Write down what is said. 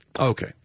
Okay